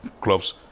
clubs